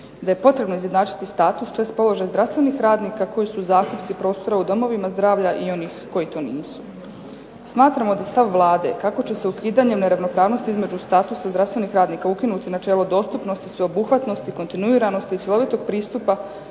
da je potrebno izjednačiti status tj. položaj zdravstvenih radnika koji su … /Govornica se ne razumije./… u domovima zdravlja i onih koji to nisu. Smatramo da stav Vlade kako će se ukidanje neravnopravnosti između statusa zdravstvenih radnika ukinuti načelo dostupnosti, sveobuhvatnosti, kontinuiranosti, slojevitog pristupa